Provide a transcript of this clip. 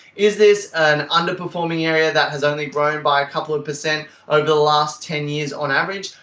is this an underperforming area that has only grown by a couple of percent over the last ten years on average?